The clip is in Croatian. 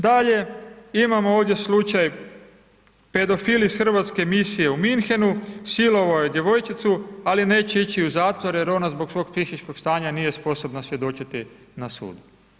Dalje, imamo ovdje slučaj, pedofil iz hrvatske misije u Munchenu, silovao je djevojčicu al neće ići u zatvor jer ona zbog svog psihičkog stana nije sposobna svjedočiti na sudu.